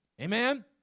Amen